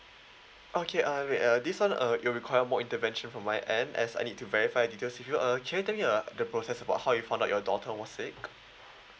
okay uh wait uh this [one] uh it require more intervention from my end as I need to verify details if you uh can you tell me uh the process about how you found out your daughter was sick